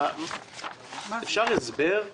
אפשר לקבל הסבר?